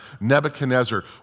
Nebuchadnezzar